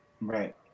Right